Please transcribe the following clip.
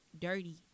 dirty